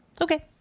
Okay